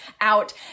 out